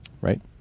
Right